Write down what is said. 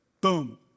boom